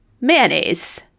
mayonnaise